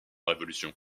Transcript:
révolution